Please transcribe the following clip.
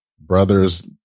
Brothers